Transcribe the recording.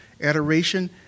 adoration